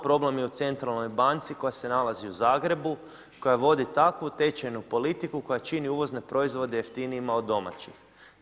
Problem je u centralnoj banci koja se nalazi u Zagrebu, koja vodi takvu tečajnu politiku koja čini uvozne proizvode jeftinijima od domaćih.